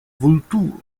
vulturo